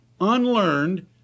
unlearned